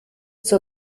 zur